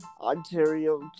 Ontario